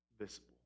visible